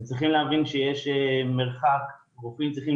אתם צריכים להבין שיש מרחק שרופאים צריכים